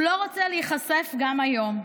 הוא לא רוצה להיחשף גם היום,